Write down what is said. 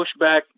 pushback